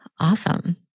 Awesome